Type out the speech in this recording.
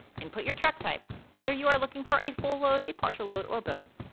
and put your truck type whether you are looking for a full load, a partial load, or both,